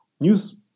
news